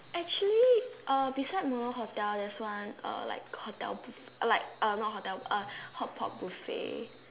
actually uh beside mono hotel there's one uh like hotel buff~ like uh not hotel uh hotpot buffet